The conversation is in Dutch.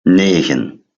negen